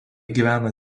gyvena